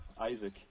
Isaac